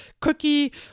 cookie